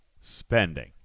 spending